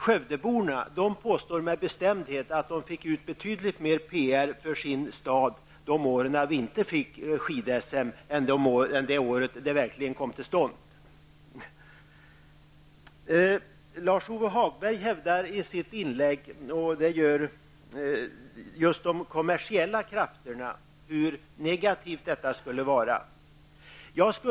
Skövdeborna påstår med bestämdhet att de fick ut betydligt mer PR för sin stad de år vi inte fick skid SM än det år det verkligen kom till stånd. När det gäller de kommersiella krafterna hävdar Lars-Ove Hagberg i sitt inlägg att detta skulle vara negativt.